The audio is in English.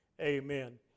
Amen